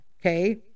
Okay